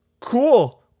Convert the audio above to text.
Cool